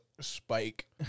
Spike